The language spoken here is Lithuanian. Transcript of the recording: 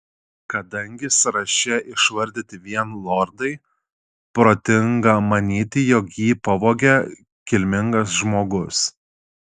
kadangi sąraše išvardyti vien lordai protinga manyti jog jį pavogė kilmingas žmogus